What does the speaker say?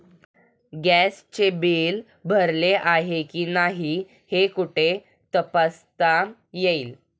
गॅसचे बिल भरले आहे की नाही हे कुठे तपासता येईल?